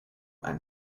and